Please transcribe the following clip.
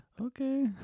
okay